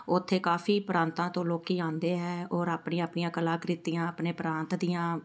ਉੱਥੇ ਕਾਫ਼ੀ ਪ੍ਰਾਂਤਾਂ ਤੋਂ ਲੋਕ ਆਉਂਦੇ ਹੈ ਔਰ ਆਪਣੀਆਂ ਆਪਣੀਆਂ ਕਲਾਕ੍ਰਿਤੀਆਂ ਆਪਣੇ ਪ੍ਰਾਂਤ ਦੀਆਂ